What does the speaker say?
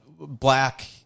black